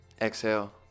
Exhale